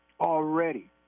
already